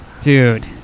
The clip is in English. dude